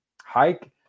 hike